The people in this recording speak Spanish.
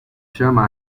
llama